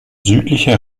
südlicher